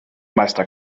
meister